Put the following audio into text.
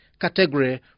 category